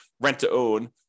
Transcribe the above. rent-to-own